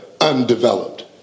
undeveloped